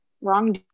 wrong